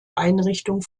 einrichtung